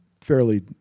fairly